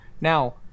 now